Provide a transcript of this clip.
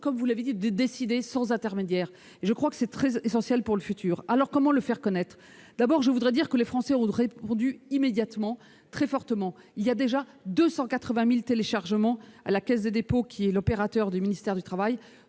comme vous l'avez dit, de décider sans intermédiaire. C'est essentiel pour le futur. Comment le faire connaître ? D'abord, je voudrais dire que les Français ont répondu immédiatement très fortement. Il y a déjà eu 280 000 téléchargements à la Caisse des dépôts, qui est l'opérateur du ministère du travail